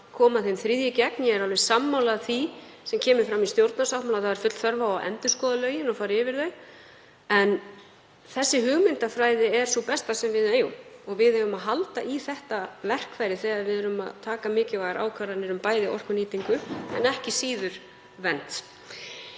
koma þeim 3. í gegn. Ég er alveg sammála því sem kemur fram í stjórnarsáttmála, að það er full þörf á að endurskoða lögin og fara yfir þau. En þessi hugmyndafræði er sú besta sem við eigum og við eigum að halda í þetta verkfæri þegar við erum að taka mikilvægar ákvarðanir um bæði orkunýtingu en ekki síður vernd.